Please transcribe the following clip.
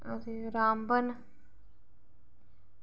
ते रामबन